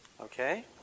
Okay